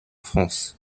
france